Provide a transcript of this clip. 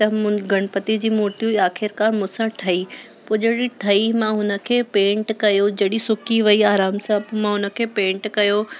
त मूं गणपति जी मूर्ति आखिरकार मूं सां ठही पोइ जॾहिं ठही मां हुन खे पेंट कयो जॾहिं सुकी वई आराम सां पोइ मां उन खे पेंट कयो